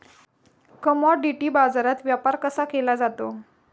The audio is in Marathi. कमॉडिटी बाजारात व्यापार कसा केला जातो?